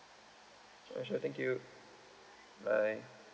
okay thank you bye